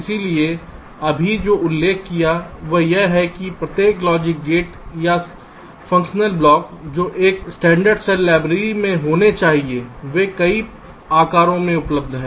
इसलिए मैंने अभी जो उल्लेख किया है वह यह है कि प्रत्येक लॉजिक गेट या साधारण फंक्शनल ब्लॉक जो एक मानक सेल लाइब्रेरी में होने चाहिए वे कई आकारों में उपलब्ध हैं